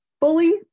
fully